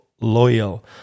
loyal